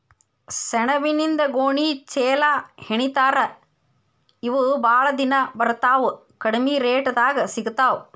ಸೆಣಬಿನಿಂದ ಗೋಣಿ ಚೇಲಾಹೆಣಿತಾರ ಇವ ಬಾಳ ದಿನಾ ಬರತಾವ ಕಡಮಿ ರೇಟದಾಗ ಸಿಗತಾವ